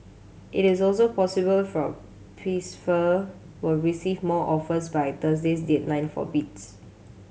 it is also possible for Pfizer will receive more offers by Thursday's deadline for bids